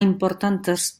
importantes